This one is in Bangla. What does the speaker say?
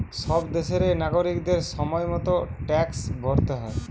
সব দেশেরই নাগরিকদের সময় মতো ট্যাক্স ভরতে হয়